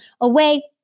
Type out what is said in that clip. away